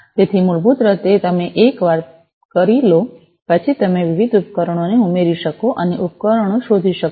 તેથી મૂળભૂત રીતે એકવાર તમે તે કરી લો પછી તમે વિવિધ ઉપકરણોને ઉમેરી શકશો અને ઉપકરણો શોધી શકશો